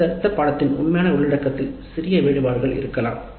அடுத்தடுத்த பாடத்தின் உண்மையான உள்ளடக்கத்தில் சிறிய வேறுபாடுகள் இருக்கலாம்